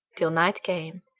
till night came,